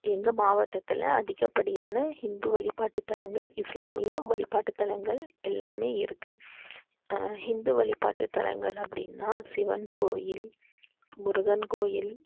எங்கள் மாவட்டத்தில் அதிகப்படியான ஹிந்து வழிபாட்டுத்தலங்கள் இஸ்லாமிய வழிபாட்டுத்தலங்கள் எல்லாமே இருக்குது ஹிந்து வழிபாட்டுத்தலங்கள் அப்படின்னா சிவன் கோயில் முருகன் கோயில்